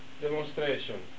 demonstration